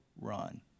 run